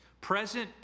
Present